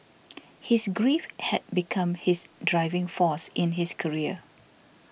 his grief had become his driving force in his career